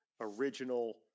original